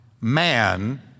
man